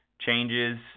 changes